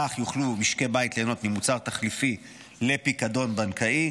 כך יוכלו משקי בית ליהנות ממוצר תחליפי לפיקדון בנקאי,